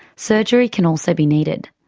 surgery can also be needed.